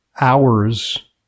hours